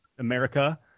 America